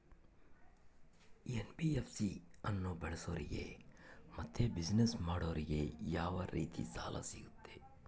NBFC ಅನ್ನು ಬಳಸೋರಿಗೆ ಮತ್ತೆ ಬಿಸಿನೆಸ್ ಮಾಡೋರಿಗೆ ಯಾವ ರೇತಿ ಸಾಲ ಸಿಗುತ್ತೆ?